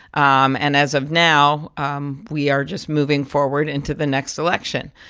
um and as of now, um we are just moving forward into the next election.